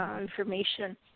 information